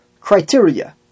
criteria